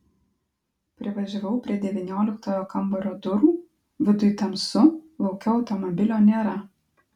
privažiavau prie devynioliktojo kambario durų viduj tamsu lauke automobilio nėra